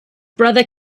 brother